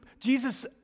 Jesus